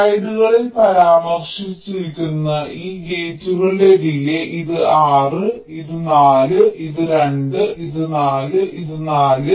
സ്ലൈഡുകളിൽ പരാമർശിച്ചിരിക്കുന്ന ഈ ഗേറ്റുകളുടെ ഡിലേയ് ഇത് 6 ഇത് 4 ഇത് 2 ഇത് 4 ഇത് 4